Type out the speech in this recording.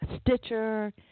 Stitcher